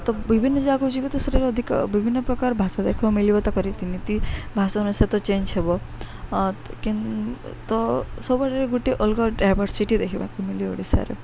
ତ ବିଭିନ୍ନ ଜାଗାକୁ ଯିବେ ତ ସେଠାରେ ଅଧିକ ବିଭିନ୍ନ ପ୍ରକାର ଭାଷା ଦେଖିବାକୁ ମିଳିବ ତାଙ୍କ ରୀତିନୀତି ଭାଷାମାନଙ୍କ ସହିତ ଚେଞ୍ଜ ହେବ କିନ୍ତୁ ସବୁଆଡ଼ରେ ଗୋଟେ ଅଲଗା ଡାଇଭରସିଟି ଦେଖିବାକୁ ମିିଳେ ଓଡ଼ିଶାରେ